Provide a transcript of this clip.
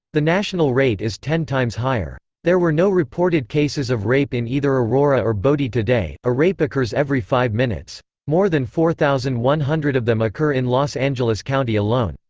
the national rate is ten times higher. there were no reported cases of rape in either aurora or bodie today, a rape occurs every five minutes. more than four thousand one hundred of them occur in los angeles county alone.